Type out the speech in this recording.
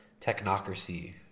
technocracy